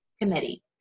committee